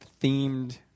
themed